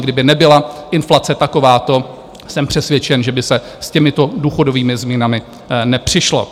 Kdyby nebyla inflace takováto, jsem přesvědčen, že by se s těmito důchodovými změnami nepřišlo.